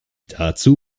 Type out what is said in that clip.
dazu